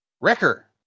Wrecker